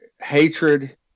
hatred